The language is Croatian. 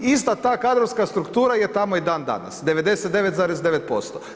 I ista ta kadrovska struktura je tamo i dan danas, 99,9%